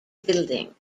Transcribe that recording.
building